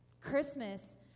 Christmas